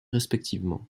respectivement